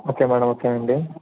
okay madam okay అండి